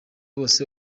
bose